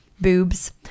Boobs